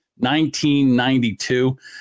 1992